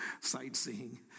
sightseeing